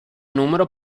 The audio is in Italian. numero